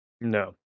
No